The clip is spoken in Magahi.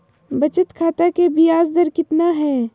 बचत खाता के बियाज दर कितना है?